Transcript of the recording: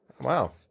Wow